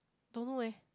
don't know eh